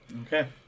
Okay